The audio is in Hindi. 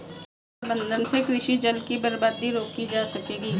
बेहतर प्रबंधन से कृषि जल की बर्बादी रोकी जा सकेगी